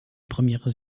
premières